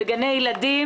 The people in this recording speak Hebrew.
בגני ילדים